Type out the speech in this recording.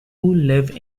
live